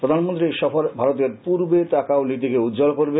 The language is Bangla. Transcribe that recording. প্রধানমন্ত্রীর এই সফর ভারতের পূর্বে তাকাও নীতিকে উজ্জ্বল করবে